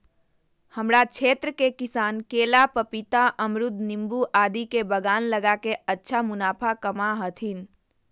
हमरा क्षेत्र के किसान केला, पपीता, अमरूद नींबू आदि के बागान लगा के अच्छा मुनाफा कमा हथीन